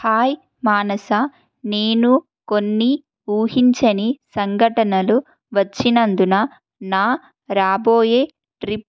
hi Manasa నేను కొన్ని ఊహించని సంఘటనలు వచ్చినందున నా రాబోయే ట్రిప్